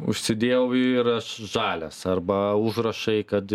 užsidėjau ir aš žalias arba užrašai kad